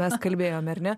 mes kalbėjom ar ne